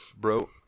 bro